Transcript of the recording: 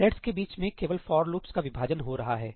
threads के बीच में केवल फॉर लुप का विभाजन हो रहा है